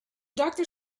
doctor